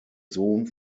sohn